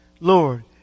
Lord